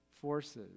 forces